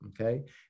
okay